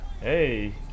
hey